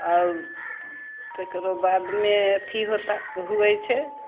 आओर तकरो बादमे अथि होतऽ हुऐ छै